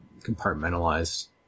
compartmentalized